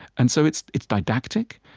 and so it's it's didactic.